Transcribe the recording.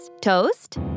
toast